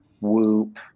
Whoop